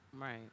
Right